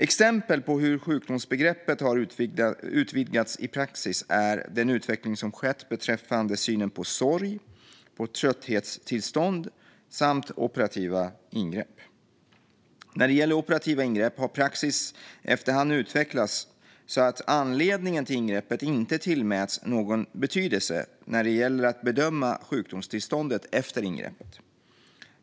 Exempel på hur sjukdomsbegreppet har utvidgats i praxis är den utveckling som skett beträffande synen på sorg, trötthetstillstånd och operativa ingrepp. När det gäller operativa ingrepp har praxis efter hand utvecklats så att anledningen till ingreppet inte tillmäts någon betydelse när det gäller att bedöma sjukdomstillståndet efter ingreppet.